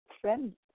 friends